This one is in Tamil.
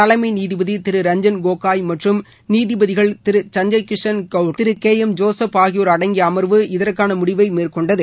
தலைமை நீதிபதி திரு ரஞ்ஜன் கோகோய் மற்றும் நீதிபதிகள் திரு சஞ்ஜய் கிஷன் கௌல் திரு கே எம் ஜோசுப் ஆகியோர் அடங்கிய அம்வு இதற்கான முடிவை மேற்கொண்டது